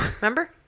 Remember